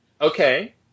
Okay